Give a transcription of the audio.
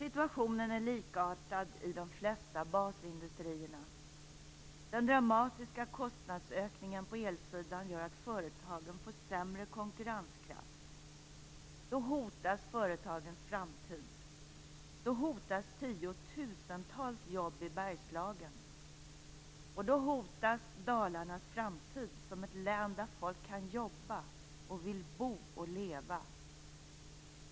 Situationen är likartad i de flesta basindustrierna. Den dramatiska kostnadsökningen på elsidan gör att företagen får sämre konkurrenskraft.